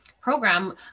program